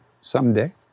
Someday